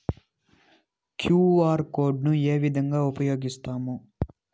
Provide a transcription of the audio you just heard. QR code ను ఏ విధంగా ఉపయగిస్తాము?